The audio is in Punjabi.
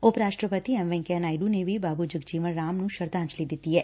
ਉਪ ਰਾਸ਼ਟਰਪਤੀ ਐਮ ਵੈਂਕਈਆ ਨਾਇਡੂ ਨੇ ਵੀ ਬਾਬੂ ਜਗਜੀਵਨ ਰਾਮ ਨੂੰ ਸ਼ਰਧਾਂਜਲੀ ਦਿੱਤੀ ਏ